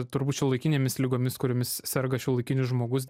turbūt šiuolaikinėmis ligomis kuriomis serga šiuolaikinis žmogus